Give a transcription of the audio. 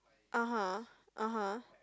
(uh huh) (uh huh)